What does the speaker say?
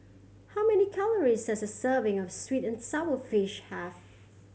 how many calories does a serving of sweet and sour fish have